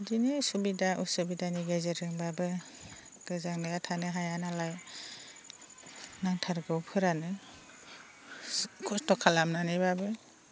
बिदिनो सुबिदा असुबिदानि गेजेरजोंब्लाबो गोजांनायाव थानो हाया नालाय नांथारगौ फोरानो खस्थ' खालामनानैब्लाबो